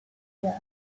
year